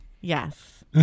Yes